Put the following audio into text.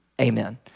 Amen